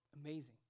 Amazing